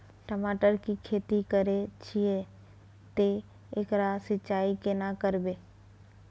टमाटर की खेती करे छिये ते एकरा सिंचाई केना करबै?